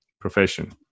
profession